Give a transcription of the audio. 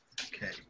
Okay